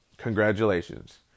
Congratulations